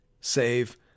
save